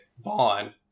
Vaughn